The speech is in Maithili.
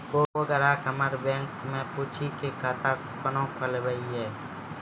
कोय ग्राहक हमर बैक मैं पुछे की खाता कोना खोलायब?